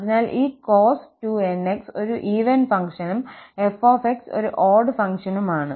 അതിനാൽ ഈ cos 2nx ഒരു ഈവൻ ഫംഗ്ഷനും f ഒരു ഓട് ഫംഗ്ഷനുമാണ്